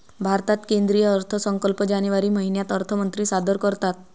भारतात केंद्रीय अर्थसंकल्प जानेवारी महिन्यात अर्थमंत्री सादर करतात